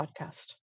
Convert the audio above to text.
podcast